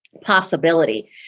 possibility